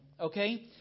okay